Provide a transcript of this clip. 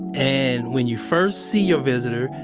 and when you first see your visitor,